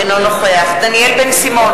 אינו נוכח דניאל בן-סימון,